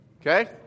okay